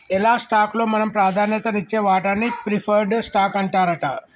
ఎలా స్టాక్ లో మనం ప్రాధాన్యత నిచ్చే వాటాన్ని ప్రిఫర్డ్ స్టాక్ అంటారట